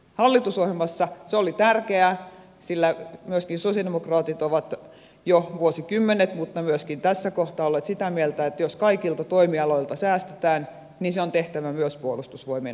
hallitusohjelmassa se oli tärkeää sillä myöskin sosialidemokraatit ovat jo vuosikymmenet mutta myöskin tässä kohtaa olleet sitä mieltä että jos kaikilta toimialoilta säästetään niin se on tehtävä myös puolustusvoimien osalta